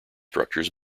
structures